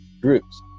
groups